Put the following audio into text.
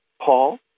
Paul